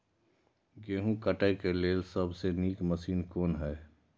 गेहूँ काटय के लेल सबसे नीक मशीन कोन हय?